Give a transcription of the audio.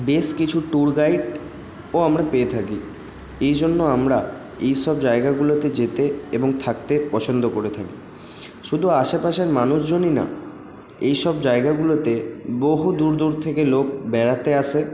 বেশ কিছু tour guide ও আমরা পেয়ে থাকি এইজন্য আমরা এইসব জায়গাগুলোতে যেতে এবং থাকতে পছন্দ করে থাকি শুধু আশেপাশের মানুষজনই না এইসব জায়গাগুলোতে বহু দূর দূর থেকে লোক বেড়াতে আসে